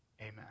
amen